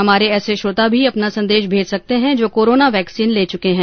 हमारे ऐसे श्रोता भी अपना संदेश भेज सकते हैं जो कोरोना वैक्सीन ले चुके हैं